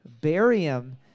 barium